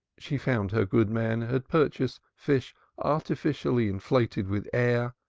she found her good man had purchased fish artificially inflated with air,